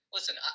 Listen